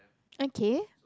okay